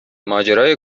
ماجرای